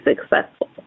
successful